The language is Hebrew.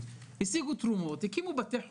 הוועדה תהיה הבית של שירותי הבריאות